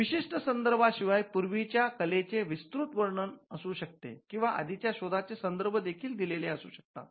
विशिष्ट संदर्भांशिवाय पूर्वीच्या कलेचे विस्तृत वर्णन असू शकते किंवा आधीच्या शोधाचे संदर्भ देखील दिलेले असू शकतात